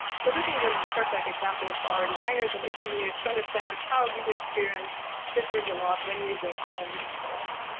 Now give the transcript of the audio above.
so this is and a perfect example for our designers and engineers to understand how user experience differs a lot when using online meeting tools.